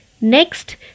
Next